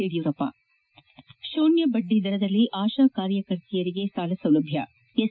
ಯಡಿಯೂರಪ್ಲ ಶೂನ್ತ ಬಡ್ಡಿ ದರದಲ್ಲಿ ಆಶಾ ಕಾರ್ಯಕರ್ತೆಯರಿಗೆ ಸಾಲ ಸೌಲಭ್ಯ ಎಸ್